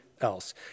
else